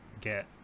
get